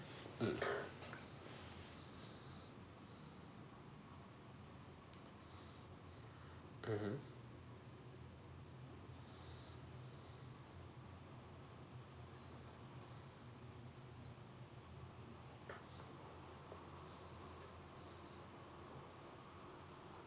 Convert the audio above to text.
mm mmhmm